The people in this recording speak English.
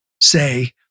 say